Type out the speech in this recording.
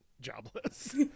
jobless